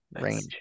Range